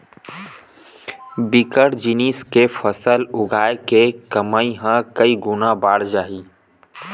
बिकट जिनिस के फसल उगाय ले कमई ह कइ गुना बाड़ जाही